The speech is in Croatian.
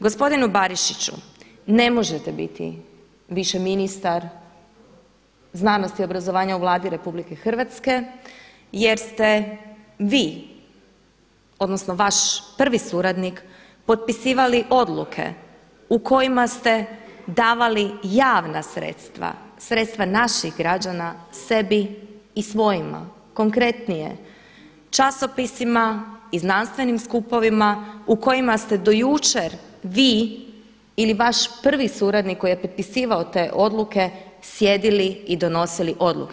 Gospodine Barišiću ne možete biti više ministar znanosti i obrazovanja u Vladi Republike Hrvatske jer ste vi odnosno vaš prvi suradnik potpisivali odluke u kojima ste davali javna sredstva, sredstva naših građana sebi i svojima, konkretnije časopisima i znanstvenim skupovima u kojima ste do jučer vi ili vaš prvi suradnik koji je potpisivao te odluke sjedili i donosili odluke.